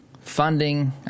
funding